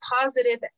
positive